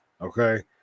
okay